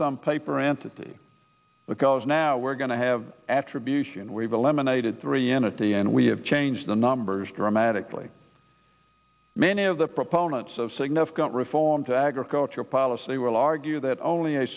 some paper entity because now we're going to have attribution we've eliminated three entity and we have changed the numbers dramatically many of the proponents of significant reform to agricultural policy will argue that only a